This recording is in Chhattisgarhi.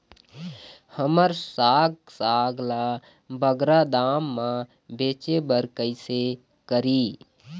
हमर साग साग ला बगरा दाम मा बेचे बर कइसे करी?